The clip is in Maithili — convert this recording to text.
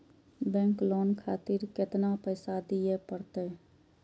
बैंक लोन खातीर केतना पैसा दीये परतें?